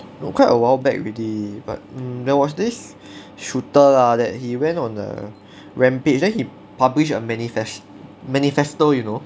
no quite a while back already but mm there was this shooter lah that he went on a rampage then he published a manifest~ manifesto you know